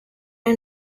are